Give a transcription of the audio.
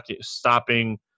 stopping